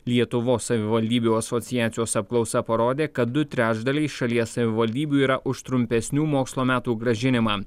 lietuvos savivaldybių asociacijos apklausa parodė kad du trečdaliai šalies savivaldybių yra už trumpesnių mokslo metų grąžinimą